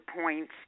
points